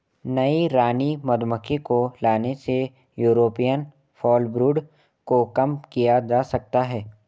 नई रानी मधुमक्खी को लाने से यूरोपियन फॉलब्रूड को कम किया जा सकता है